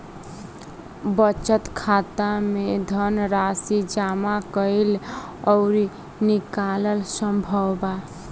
बचत खाता में धनराशि जामा कईल अउरी निकालल संभव बा